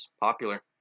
popular